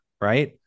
right